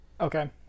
Okay